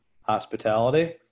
hospitality